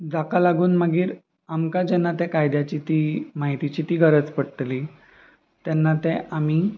जाका लागून मागीर आमकां जेन्ना त्या कायद्याची ती म्हायतीची ती गरज पडटली तेन्ना ते आमी